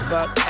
Fuck